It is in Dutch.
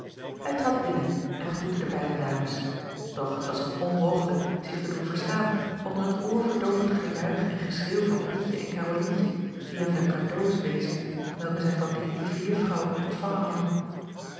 hij trad binnen en groette de beide dames doch het was hem onmogelijk zich te doen verstaan onder het oorverdoovend gejuich en geschreeuw van pietje en karolientje die hem de cadeaux wezen welke zij van die lieve juffrouw ontvangen hadden